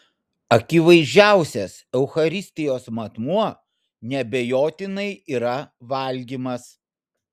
akivaizdžiausias eucharistijos matmuo neabejotinai yra valgymas